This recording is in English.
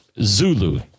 Zulu